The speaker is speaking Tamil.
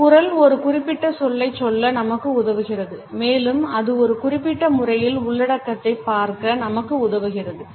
நம் குரல் ஒரு குறிப்பிட்ட சொல்லைச் சொல்ல நமக்கு உதவுகிறது மேலும் அது ஒரு குறிப்பிட்ட முறையில் உள்ளடக்கத்தை பார்க்க நமக்கு உதவுகிறது